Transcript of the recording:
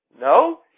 No